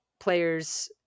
players